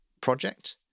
project